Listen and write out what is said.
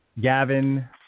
Gavin